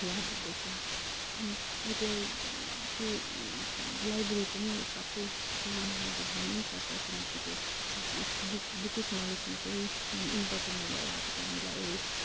याद हुँदैछ अनि अब त्यो त्यो लाइब्रेरी पनि सबै स्कुलमा अब हुनैपर्छ किनकि त्यो बुक् बुकेस नलेज मात्रै इन् इम्पोर्टेन नभएर अब त्यहाँ हामीलाई अरू